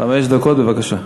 חמש דקות, בבקשה.